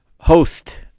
host